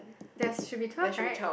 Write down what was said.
there should be twelve right